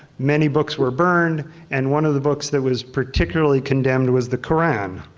many books were burned and one of the books that was particularly condemned was the koran.